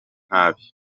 nabi